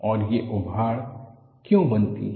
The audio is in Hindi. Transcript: और ये उभाड़ क्यों बनती हैं